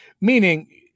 Meaning